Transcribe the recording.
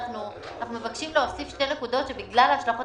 אנחנו מבקשים להוסיף שתי נקודות שבגלל ההשלכות